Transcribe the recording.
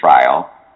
trial